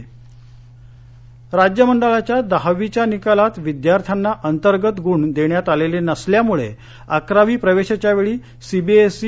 विद्यार्थी गुण राज्य मंडळाच्या दहावीच्या निकालात विद्यार्थ्यांना अंतर्गत गुण देण्यात आलेले नसल्यामुळे अकरावी प्रवेशाच्यावेळी सीबीएसई